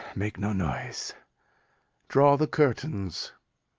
make no noise draw the curtains.